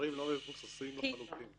דברים לא מבוססים לחלוטין.